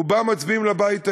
רובם מצביעים לבית היהודי,